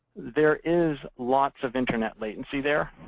there is lots of internet latency there.